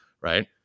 Right